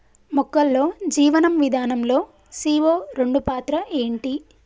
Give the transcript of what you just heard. మొక్కల్లో జీవనం విధానం లో సీ.ఓ రెండు పాత్ర ఏంటి?